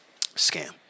Scam